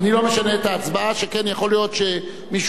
שכן יכול להיות שמישהו מפעיל עליך לחץ.